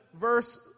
verse